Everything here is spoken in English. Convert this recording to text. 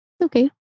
okay